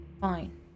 Fine